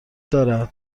دارد